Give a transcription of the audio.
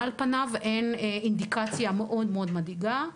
על פניו, אין אינדיקציה מאוד מדאיגה,